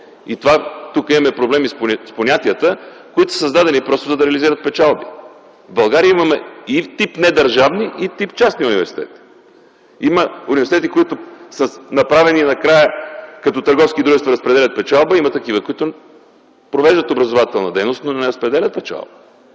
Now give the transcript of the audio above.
и тук имаме проблеми с понятията, които са създадени, за да реализират печалба. В България имаме и тип недържавни и тип частни университети. Има университети, които са направени, и накрая разпределят печалба като търговски дружества, има и такива, които провеждат образователна дейност, но не разпределят печалба.